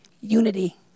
unity